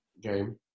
game